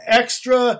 extra